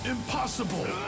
Impossible